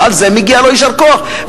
ועל זה מגיע לו יישר כוח.